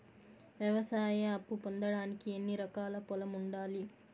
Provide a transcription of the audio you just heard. వ్యవసాయ అప్పు పొందడానికి ఎన్ని ఎకరాల పొలం ఉండాలి?